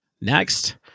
Next